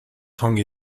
tongue